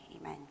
amen